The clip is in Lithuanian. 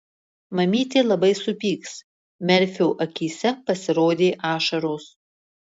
mamytė labai supyks merfio akyse pasirodė ašaros